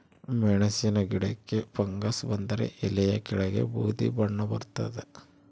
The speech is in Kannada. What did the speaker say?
ಮೆಣಸಿನ ಗಿಡಕ್ಕೆ ಫಂಗಸ್ ಬಂದರೆ ಎಲೆಯ ಕೆಳಗೆ ಬೂದಿ ಬಣ್ಣ ಬರ್ತಾದೆ